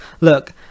look